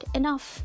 enough